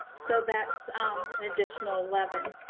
so that's an additional eleven,